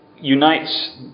unites